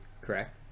Correct